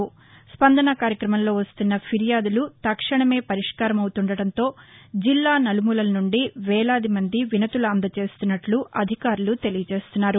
స్పందస కార్యక్రమంలో వస్తున్న ఫిర్యాదులు తక్షణమే పరిష్కారం అవుతుండడంతో జిల్లా నలుమూలల నుండి వేలాదిమంది వినతులు అందిచేస్తున్నట్లు అధికారులు తెలియ జేస్తున్నారు